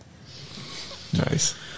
Nice